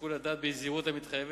בשיקול הדעת ובזהירות המתחייבת,